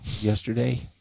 yesterday